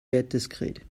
wertdiskret